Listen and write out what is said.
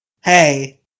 Hey